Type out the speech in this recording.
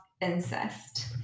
incest